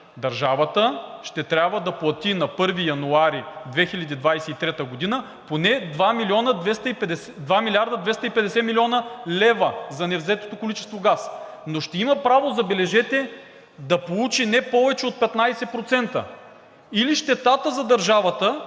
държавата ще трябва да плати на 1 януари 2023 г. поне 2 млрд. 250 млн. лв. за невзетото количество газ, но ще има право, забележете, да получи не повече от 15%, или щетата за държавата